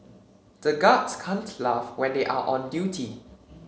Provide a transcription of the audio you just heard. the guards can't laugh when they are on duty